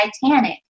Titanic